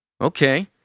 Okay